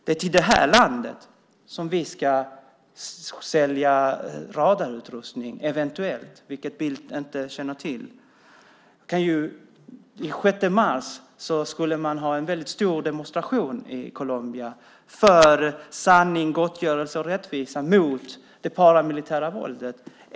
Det är till det här landet som vi eventuellt ska sälja radarutrustning, vilket Bildt inte känner till. Den 6 mars skulle man ha en väldigt stor demonstration i Colombia för sanning, gottgörelse och rättvisa och mot det paramilitära våldet.